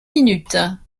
minutes